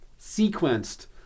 sequenced